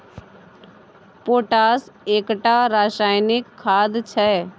potash एकटा रासायनिक खाद छै